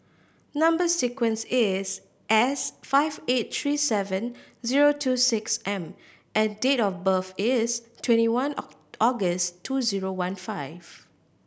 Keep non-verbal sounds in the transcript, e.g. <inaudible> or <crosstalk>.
number sequence is S five eight three seven zero two six M and date of birth is twenty one <unintelligible> August two zero one five